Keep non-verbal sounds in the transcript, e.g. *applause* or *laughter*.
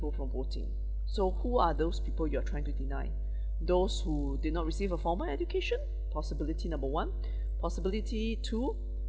people from voting so who are those people you are trying to deny those who did not receive a formal education possibility number one *breath* possibility two